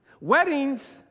weddings